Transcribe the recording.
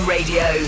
Radio